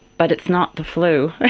but it's not the flu,